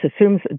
assumes